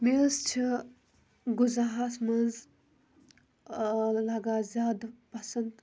مےٚ حظ چھُ غُزاہَس مَنٛز لَگان زیادٕ پَسَنٛد